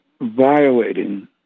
violating